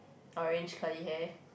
orange curly hair